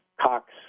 Cox